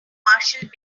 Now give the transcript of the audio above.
marshall